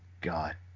God